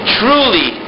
truly